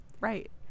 Right